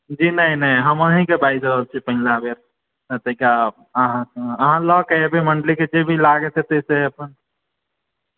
जी नहि नहि हम अहींके बाजि रहल छी पहिला बेर अथिके अहाँ लेके एबै मण्डलीकें जेभी लागते से अपन